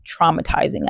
traumatizing